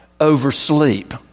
oversleep